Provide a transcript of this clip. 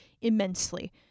immensely